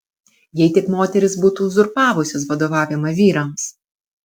jei tik moterys būtų uzurpavusios vadovavimą vyrams